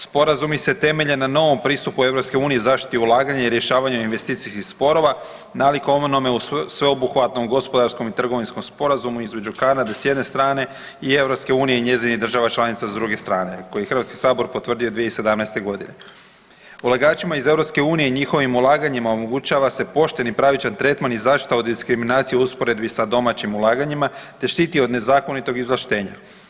Sporazumi se temelje na novom pristupu EU zaštiti ulaganja i rješavanje investicijskih sporova nalik onome sveobuhvatnom gospodarskom i trgovinskom sporazumu između Kanade s jedne strane i EU i njezinih država članica s druge strane, koje je HS potvrdio 2017.g. Ulagačima iz EU i njihovim ulaganjima omogućava se pošten i pravičan tretman i zaštita od diskriminacije u usporedbi sa domaćim ulaganjima, te štiti od nezakonitoga izvlaštenja.